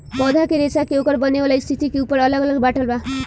पौधा के रेसा के ओकर बनेवाला स्थिति के ऊपर अलग अलग बाटल बा